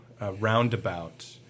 Roundabout